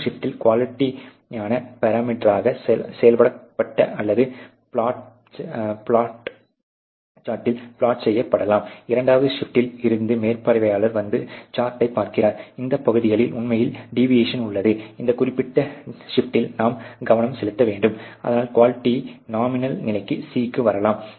முதல் ஷிப்டில் குவாலிட்டியான பாராமீட்டராக செயலாக்கப்பட்ட அல்லது பிளாட்டேட் சார்ட்டில் பிளாட் செய்ய படலாம் இரண்டாவது ஷிப்டில் இருந்து மேற்பார்வையாளர் வந்து சார்ட்டைப் பார்க்கிறார் இந்த பகுதிகளில் உண்மையில் டிவியேஷன் உள்ளது இந்த குறிப்பிட்ட ஷிப்டில் நாம் கவனம் செலுத்த வேண்டும் அதனால் குவாலிட்டி நார்மல் நிலை c க்கு வரலாம்